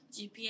GPS